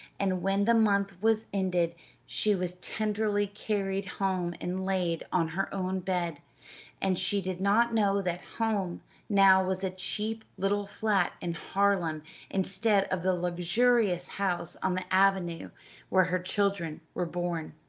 and when the month was ended she was tenderly carried home and laid on her own bed and she did not know that home now was a cheap little flat in harlem instead of the luxurious house on the avenue where her children were born.